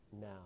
now